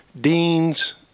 deans